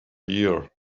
year